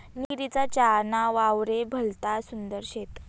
निलगिरीमा चहा ना वावरे भलता सुंदर शेत